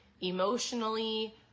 emotionally